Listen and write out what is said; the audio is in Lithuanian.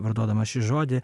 vartodamas šį žodį